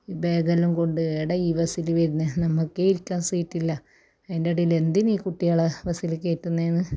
ഈ ബാഗെല്ലം കൊണ്ട് ഏടാ ഈ ബസിൽ വരുന്ന നമുക്കെ ഇരിക്കാൻ സീറ്റില്ല അതിൻ്റെ ഇടയിൽ എന്തിന് ഈ കുട്ടികളെ ബസിൽ കയറ്റുന്നേന്ന്